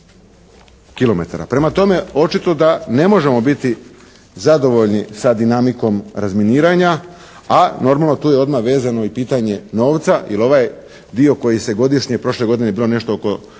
Prema tome, očito da ne možemo biti zadovoljni sa dinamikom razminiranja, a normalno tu je odmah i vezano i pitanje novca jer ovaj dio koji se godišnje, prošle godine je bilo nešto oko